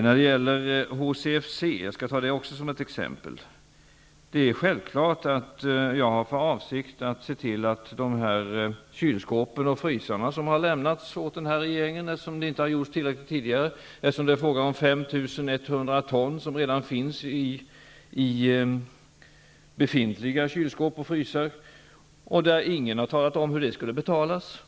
Jag skall också nämna HCFC som ett exempel. Det är självklart att jag har för avsikt att försöka lösa frågan om de avlagda kylskåpen och frysarna, som har lämnats åt denna regering. Det har ju inte gjorts tillräckligt mycket tidigare. Det är ju fråga om 5 100 ton som redan finns i befintliga kylskåp och frysar, och ingen har talat om hur detta skall betalas.